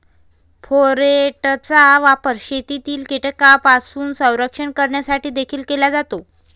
फोरेटचा वापर शेतातील कीटकांपासून संरक्षण करण्यासाठी देखील केला जातो